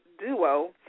duo